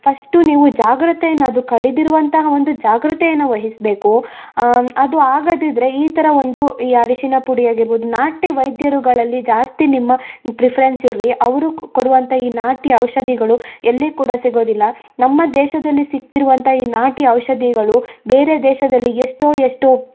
first ನೀವು ಜಾಗ್ರತೆಯನ್ನ ಅದು ಕಡಿದಿರುವಂತಹ ಒಂದು ಜಾಗ್ರತೆಯನ್ನ ವಹಿಸಬೇಕು ಅದು ಆಗದಿದ್ದರೆ ಈ ಥರ ಒಂದು ಈ ಅರಿಶಿನ ಪುಡಿ ಆಗಿರ್ಬೋದು ನಾಟಿ ವೈದ್ಯರುಗಳಲ್ಲಿ ಜಾಸ್ತಿ ನಿಮ್ಮ ಫ್ರಿಫರೆನ್ಸ್ ಇರಲಿ ಅವರು ಕೊಡುವಂಥ ಈ ನಾಟಿ ಔಷಧಿಗಳು ಎಲ್ಲಿ ಕೂಡ ಸಿಗೋದಿಲ್ಲ ನಮ್ಮ ದೇಶದಲ್ಲಿ ಸಿಗ್ತಿರುವಂಥ ಈ ನಾಟಿ ಔಷಧಿಗಳು ಬೇರೆ ದೇಶದಲ್ಲಿ ಎಷ್ಟೋ ಎಷ್ಟೊ